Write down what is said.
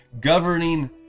governing